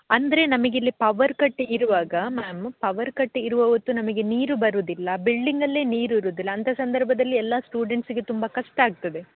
ಅಂದರೆ ನಮಗಿಲ್ಲಿ power cut ಇರುವಾಗ ಮ್ಯಾಮು ಪವರ್ ಕಟ್ ಇರುವ ಹೊತ್ತು ನಮಗೆ ನೀರು ಬರೋದಿಲ್ಲ ಬಿಲ್ಡಿಂಗಲ್ಲೆ ನೀರು ಇರೋದಿಲ್ಲ ಅಂಥ ಸಂದರ್ಭದಲ್ಲಿ ಎಲ್ಲ ಸ್ಟೂಡೆಂಟ್ಸ್ಗೆ ತುಂಬ ಕಷ್ಟ ಆಗ್ತದೆ